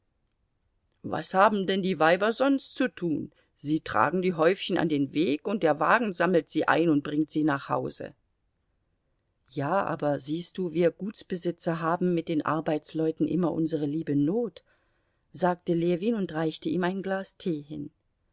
was haben denn die weiber sonst zu tun sie tragen die häufchen an den weg und der wagen sammelt sie ein und bringt sie nach hause ja aber siehst du wir gutsbesitzer haben mit den arbeitsleuten immer unsere liebe not sagte ljewin und reichte ihm ein glas tee hin